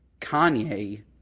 Kanye